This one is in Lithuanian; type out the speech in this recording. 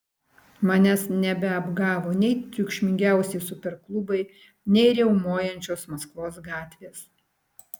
manęs nebeapgavo nei triukšmingiausi superklubai nei riaumojančios maskvos gatvės